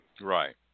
Right